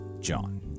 John